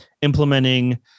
implementing